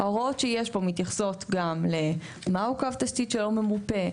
ההוראות שיש פה מתייחסות גם למה הוא קו תשתית שאינו ממופה,